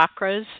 chakras